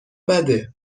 بده